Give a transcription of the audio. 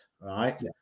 right